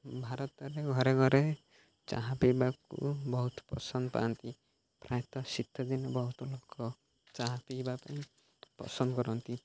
ଭାରତରେ ଘରେ ଘରେ ଚାହା ପିଇବାକୁ ବହୁତ ପସନ୍ଦ ପାଆନ୍ତି ପ୍ରାୟତଃ ଶୀତ ଦିନେ ବହୁତ ଲୋକ ଚାହା ପିଇବା ପାଇଁ ପସନ୍ଦ କରନ୍ତି